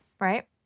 right